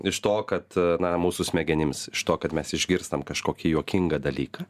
iš to kad na mūsų smegenims iš to kad mes išgirstam kažkokį juokingą dalyką